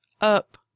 up